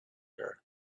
her